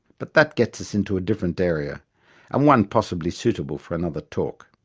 but that gets us into a different area and one possibly suitable for another talk.